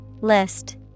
List